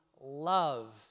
love